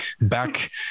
back